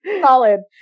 solid